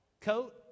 coat